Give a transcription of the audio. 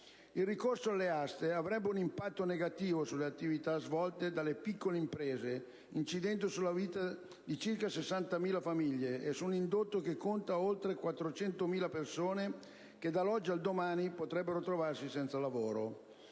Il ricorso alle aste avrebbe un impatto negativo sulle attività svolte dalle piccole imprese, incidendo sulla vita di circa 60.000 famiglie e su un indotto che conta oltre 400.000 persone che dall'oggi al domani potrebbero trovarsi senza lavoro.